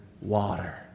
water